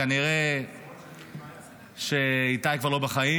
כנראה שאיתי כבר לא בחיים,